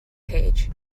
page